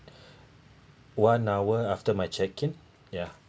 one hour after my check in ya